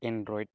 android